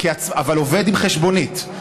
עובד עם חשבונית,